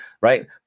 right